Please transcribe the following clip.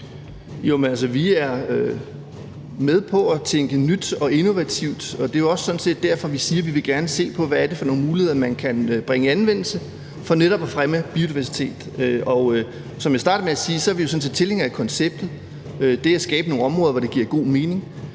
vi er med på at tænke nyt og innovativt, og det er sådan set også derfor, vi siger, at vi gerne vil se på, hvad det er for nogle muligheder, man kan bringe i anvendelse for netop at fremme biodiversiteten. Og som jeg startede med at sige, er vi sådan set tilhængere af konceptet, altså det at skabe nogle områder, hvor det giver god mening.